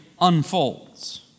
unfolds